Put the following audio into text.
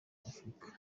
nyafurika